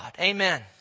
Amen